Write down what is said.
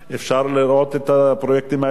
אפשר לראות את הפרויקטים האלה,